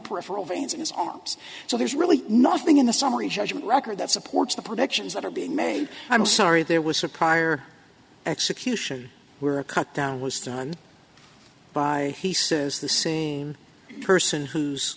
peripheral veins in his arms so there's really nothing in the summary judgment record that supports the predictions that are being made i'm sorry there was a prior execution were cut down was done by he says the same person who's